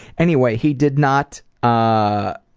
anyway, he did not. ah